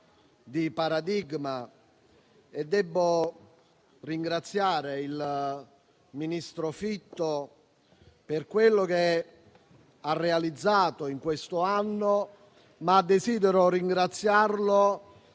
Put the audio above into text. di paradigma. Debbo ringraziare il ministro Fitto per quello che ha realizzato in quest'anno, ma anche per la